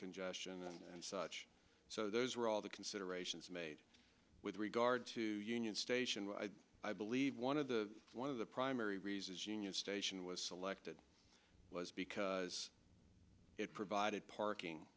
congestion and such so those were all the considerations made with regard to union station where i believe one of the one of the primary reasons union station was selected was because it provided parking